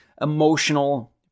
emotional